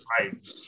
right